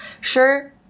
sure